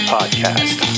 Podcast